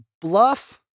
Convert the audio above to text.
bluff